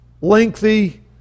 lengthy